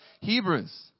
Hebrews